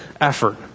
effort